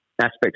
aspects